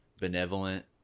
benevolent